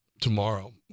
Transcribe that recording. tomorrow